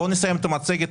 בואו נסיים את המצגת.